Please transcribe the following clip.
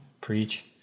Preach